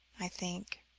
i think